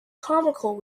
comical